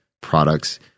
products